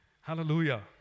Hallelujah